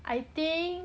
I think